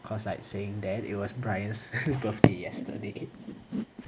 cause like saying that it was bryan's birthday yesterday